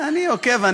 אני עוקב.